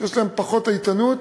שיש להן פחות איתנוּת.